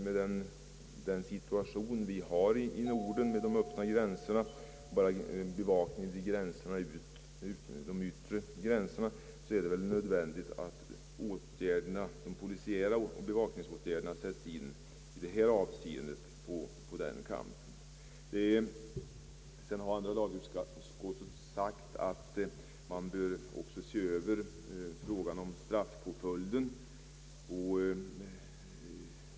Med den situation vi har i Norden med de öppna gränserna mellan våra länder är det nödvändigt att de polisiära bevakningsåtgärderna sätts in vid Nordens gränser utåt. Andra lagutskottet har sagt att man också bör se över frågan om straffpåföljden.